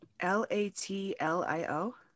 L-A-T-L-I-O